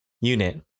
unit